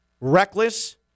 reckless